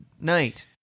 night